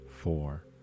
four